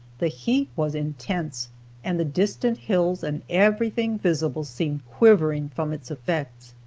the heat was intense and the distant hills and everything visible seemed quivering from its effects.